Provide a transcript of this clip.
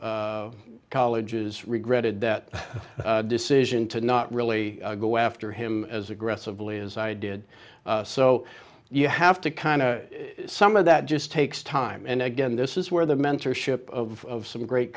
of colleges regretted that decision to not really go after him as aggressively as i did so you have to kind of some of that just takes time and again this is where the mentorship of some great